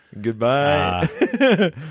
Goodbye